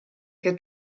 che